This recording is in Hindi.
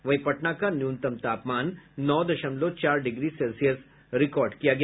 वहीं पटना का न्यूनतम तापमान नौ दशमलव चार डिग्री सेल्सियस रिकॉर्ड किया गया